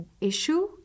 issue